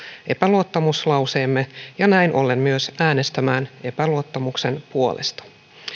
epäluottamuslauseemme ja näin ollen myös äänestämään epäluottamuksen puolesta